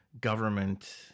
government